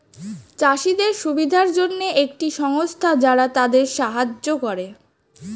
চাষীদের সুবিধার জন্যে একটি সংস্থা যারা তাদের সাহায্য করে